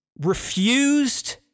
refused